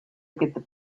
get